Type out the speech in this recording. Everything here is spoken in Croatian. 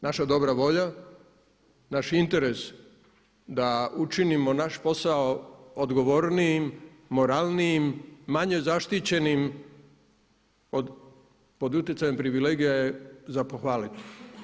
Naša dobra volja, naš interes da učinimo naš posao odgovornijim, moralnijim, manje zaštićenim pod utjecajem privilegija je za pohvaliti.